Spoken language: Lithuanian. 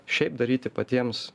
šiaip daryti patiems